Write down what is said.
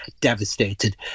devastated